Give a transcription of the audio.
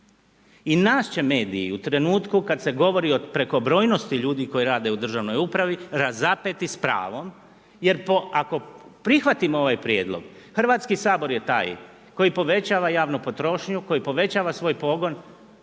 I nas će mediji u trenutku kad se govori o prekobrojnosti ljudi koji rade u državnoj upravi razapeti s pravom jer ako prihvatimo ovaj prijedlog Hrvatski sabor je taj koji povećava javnu potrošnju, koji povećava svoj pogon,